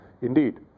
indeed